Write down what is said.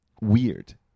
weird